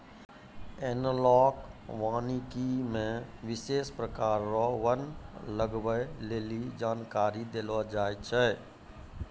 एनालाँक वानिकी मे विशेष प्रकार रो वन लगबै लेली जानकारी देलो जाय छै